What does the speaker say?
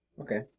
Okay